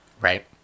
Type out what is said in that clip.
Right